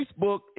Facebook